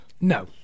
no